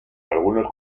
algunos